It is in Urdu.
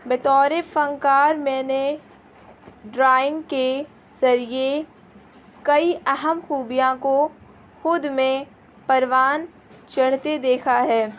بطور فنکار میں نے ڈرائنگ کے ذریعے کئی اہم خوبیاں کو خود میں پروان چڑھتے دیکھا ہے